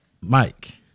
Mike